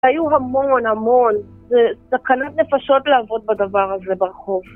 היו המון המון, זה סכנת נפשות לעבוד בדבר הזה ברחוב